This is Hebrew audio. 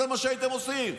זה מה שהייתם עושים.